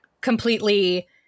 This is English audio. completely